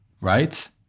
Right